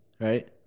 right